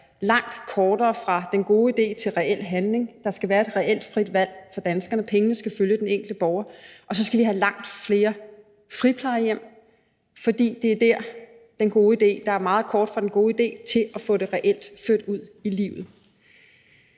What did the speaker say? langt kortere fra den gode idé til reel handling; der skal være et reelt frit valg for danskerne; pengene skal følge den enkelte borger. Og så skal vi have langt flere friplejehjem, fordi det er der, hvor der er meget kort fra den gode idé til reelt at få den ført ud i livet.